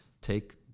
take